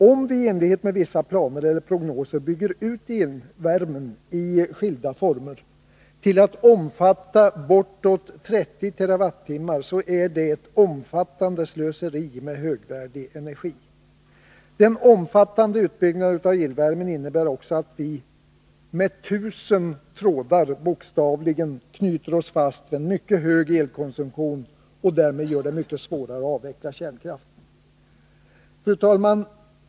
Om vi i enlighet med vissa planer eller prognoser bygger ut elvärmen i skilda former till att omfatta bortåt 30 TWh, är det ett omfattande slöseri med högvärdig energi. Den omfattande utbyggnaden av elvärmen innebär också att vi med tusen trådar bokstavligen knyter oss fast vid en mycket hög elkonsumtion och därmed gör det mycket svårare att avveckla kärnkraften. Fru talman!